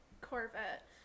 Corvette